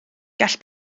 gall